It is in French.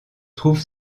trouve